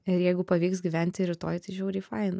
ir jeigu pavyks gyventi rytoj tai žiauriai faina